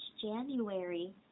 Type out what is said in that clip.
January